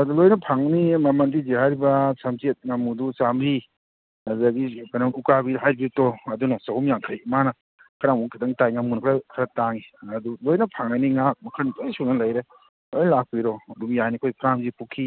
ꯑꯗꯨ ꯂꯣꯏꯅ ꯐꯪꯅꯤ ꯃꯃꯟꯗꯤ ꯍꯧꯖꯤꯛ ꯍꯥꯏꯔꯤꯕ ꯁꯝꯆꯦꯠ ꯉꯥꯃꯨꯗꯨ ꯆꯥꯝꯃꯔꯤ ꯑꯗꯨꯗꯒꯤ ꯀꯩꯅꯣ ꯎꯀꯥꯕꯤ ꯍꯥꯏꯕ꯭ꯔꯤꯠꯇꯣ ꯑꯗꯨꯅ ꯆꯍꯨꯝ ꯌꯥꯡꯈꯩ ꯃꯥꯅ ꯈꯔ ꯑꯃꯨꯛ ꯈꯤꯇꯪ ꯇꯥꯏ ꯉꯥꯃꯨꯅ ꯈꯔ ꯇꯥꯡꯉꯤ ꯑꯗꯨ ꯂꯣꯏꯅ ꯐꯪꯒꯅꯤ ꯉꯥ ꯃꯈꯟ ꯂꯣꯏ ꯁꯨꯅ ꯂꯩꯔꯦ ꯂꯣꯏ ꯂꯥꯛꯄꯤꯔꯣ ꯑꯗꯨꯝ ꯌꯥꯅꯤ ꯑꯩꯈꯣꯏ ꯐ꯭ꯔꯥꯝꯁꯤ ꯄꯨꯈꯤ